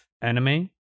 anime